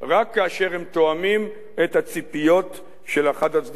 רק כאשר הם תואמים את הציפיות של אחד הצדדים.